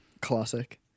Classic